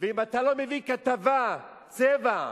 ואם אתה לא מביא כתבה, צבע,